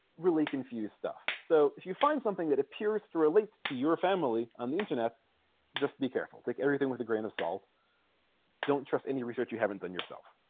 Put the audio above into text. really confuse stuff so if you find something that appears to relate to your family on the internet just be careful take everything with a grain of salt don't trust any research you haven't done yourself